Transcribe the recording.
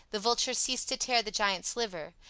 the vulture ceased to tear the giant's liver,